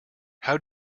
how